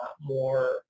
more